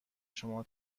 شما